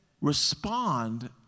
respond